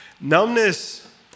Numbness